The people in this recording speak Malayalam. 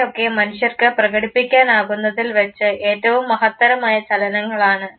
ഇവയൊക്കെ മനുഷ്യർക്ക് പ്രകടിപ്പിക്കാൻ ആകുന്നതിൽ വെച്ച് ഏറ്റവും മഹത്തരമായ ചലനങ്ങളാണ്